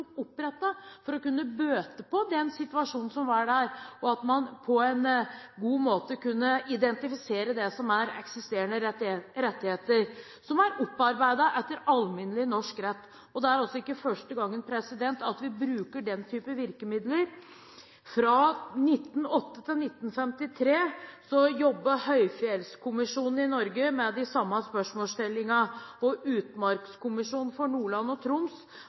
opprettet for å kunne bøte på den situasjonen som var der, og at man på en god måte kunne identifisere eksisterende rettigheter som er opparbeidet etter alminnelig norsk rett. Det er heller ikke første gangen vi bruker den type virkemidler. Fra 1908 til 1953 jobbet Høyfjellskommisjonen i Norge med de samme spørsmålsstillingene. Utmarkskommisjonen for Nordland og Troms